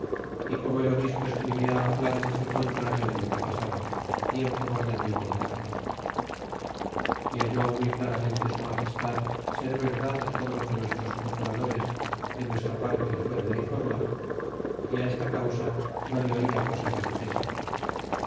y como el obispo escribia á flandes al contrario de lo que pasaba y en favor de diego velazquez y halló muy claramente su magestad ser verdad todo lo que nuestros procuradores de nuestra parte le fueron informar y esta causa no le ola cosa que dixese